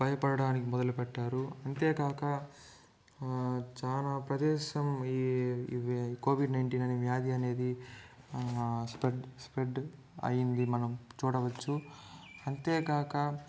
భయపడడానికి మొదలుపెట్టారు అంతేకాక చాలా ప్రదేశం ఈ ఇవి కోవిడ్ నైన్టీన్ అనే వ్యాధి అనేది స్ప్రెడ్ స్ప్రెడ్ అయ్యింది మనం చూడవచ్చు అంతేకాక